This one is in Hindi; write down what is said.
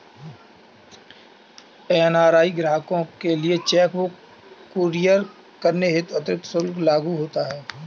एन.आर.आई ग्राहकों के लिए चेक बुक कुरियर करने हेतु अतिरिक्त शुल्क लागू होता है